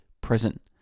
present